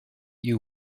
you